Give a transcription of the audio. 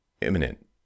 imminent